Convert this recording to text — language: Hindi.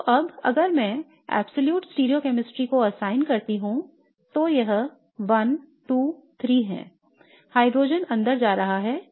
तो अब अगर मैं absolute stereochemistry को असाइन करता हूं तो यह 1 2 3 है हाइड्रोजन अंदर जा रहा है